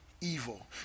evil